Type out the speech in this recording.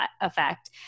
effect